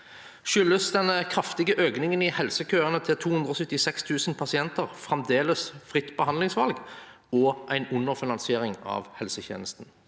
Skyldes den kraftige økningen i helsekøene til 276 000 pasienter fremdeles fritt behandlingsvalg og underfinansiering av helsetjenestene?»